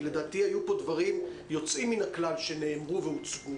כי לדעתי היו פה דברים יוצאים מן הכלל שנאמרו והוצגו.